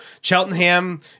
Cheltenham